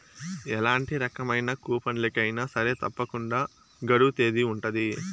ఎలాంటి రకమైన కూపన్లకి అయినా సరే తప్పకుండా గడువు తేదీ ఉంటది